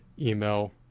email